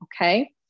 Okay